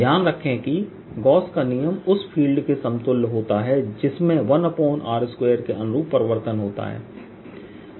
ध्यान रखें कि गॉस का नियमGauss's Law उस फील्ड के समतुल्य होता है जिसमें 1r2 के अनुरूप परिवर्तित होता है